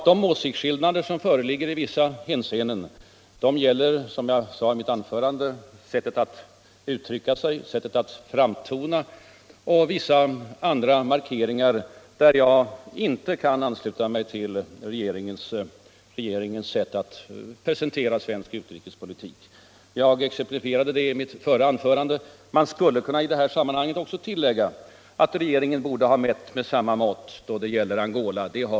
De åsiktsskillnader som i vissa hänseenden föreligger gäller, som jag sade i mitt förra anförande, sättet att uttrycka sig, sättet att framtona, och vissa andra markeringar där jag inte kan ansluta mig till regeringens presentation av svensk utrikespolitik. Jag exemplifierade detta i mitt förra anförande. Jag vill också tillägga att regeringen borde ha mätt med samma mått då det gäller den utländska inblandningen i Angola.